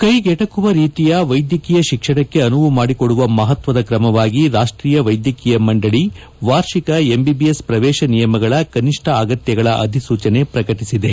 ಕೈಗೆಟಕುವ ರೀತಿಯ ವೈದ್ಯಕೀಯ ಶಿಕ್ಷಣಕ್ಕೆ ಅನುವು ಮಾಡಿಕೊಡುವ ಮಹತ್ವದ ಕ್ರಮವಾಗಿ ರಾಷ್ಟೀಯ ವೈದ್ಯಕೀಯ ಮಂಡಳಿ ವಾರ್ಷಿಕ ಎಂಬಿಬಿಎಸ್ ಪ್ರವೇಶ ನಿಯಮಗಳ ಕನಿಷ್ಠ ಅಗತ್ಯಗಳ ಅಧಿಸೂಚನೆ ಪ್ರಕಟಿಸಿದೆ